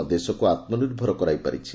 ମା ଦେଶକୁ ଆତୁନିଭର କରାଇପାରିଛି